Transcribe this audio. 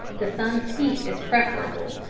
the sun's heat is preferable,